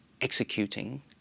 executing